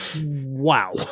wow